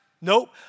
Nope